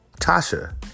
Tasha